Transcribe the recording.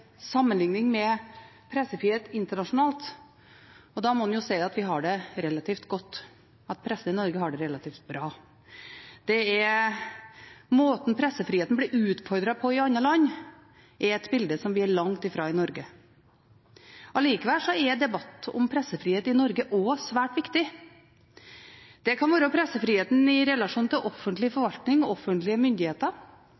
sammenheng med pressefriheten internasjonalt, og da må en si at vi har det relativt godt, at pressen i Norge har det relativt bra. Måten pressefriheten blir utfordret på i andre land, er et bilde som vi er langt fra i Norge. Allikevel er debatten om pressefrihet i Norge også svært viktig, det kan være pressefriheten i relasjon til